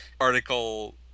article